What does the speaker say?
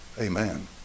Amen